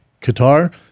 Qatar